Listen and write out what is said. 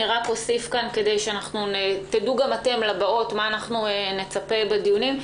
רק אוסיף כאן כדי שתדעו גם אתם לבאות למה נצפה בדיונים.